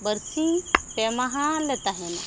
ᱵᱟᱹᱨᱥᱤᱧ ᱯᱮ ᱢᱟᱦᱟᱞᱮ ᱛᱟᱦᱮᱱᱟ